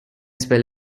spell